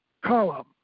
column